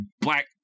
black